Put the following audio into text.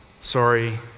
sorry